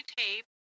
tape